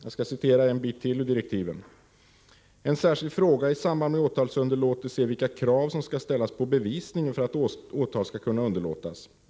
Jag skall citera en bit till ur direktiven: ”En särskild fråga i samband med åtalsunderlåtelse är vilka krav som skall ställas på bevisningen för att åtal skall kunna underlåtas.